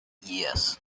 yes